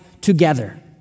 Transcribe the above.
together